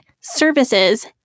services